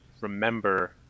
remember